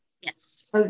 Yes